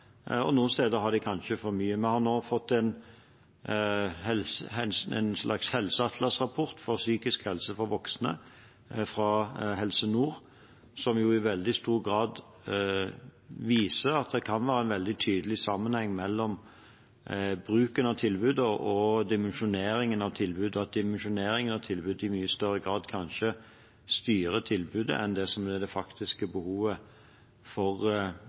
og noen steder har de kanskje for mange. Vi har nå fått en slags helseatlasrapport for psykisk helse for voksne fra Helse Nord, som i veldig stor grad viser at det kan være en veldig tydelig sammenheng mellom bruken av tilbudet og dimensjoneringen av tilbudet, og at dimensjoneringen av tilbudet i mye større grad kanskje styrer tilbudet enn det som er det faktiske behovet for